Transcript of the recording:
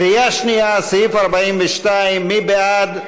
קריאה שנייה, סעיף 42, מי בעד?